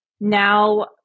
now